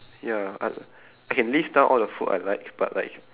ya I I can list down all the food I like but like